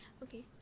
Okay